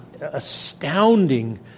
astounding